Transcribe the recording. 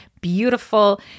beautiful